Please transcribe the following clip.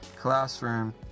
classroom